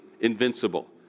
invincible